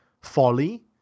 folly